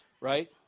right